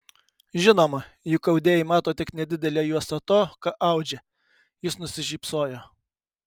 žinoma juk audėjai mato tik nedidelę juostą to ką audžia jis nusišypsojo